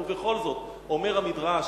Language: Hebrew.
ובכל זאת, אומר המדרש: